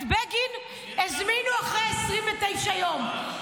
את בגין הזמינו אחרי 29 יום,